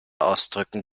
ausdrücken